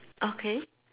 okay